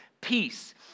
peace